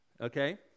Okay